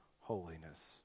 holiness